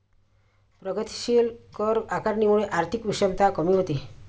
प्रगतीशील कर आकारणीमुळे आर्थिक विषमता कमी होते